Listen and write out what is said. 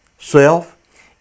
Self